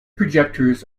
projectors